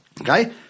Okay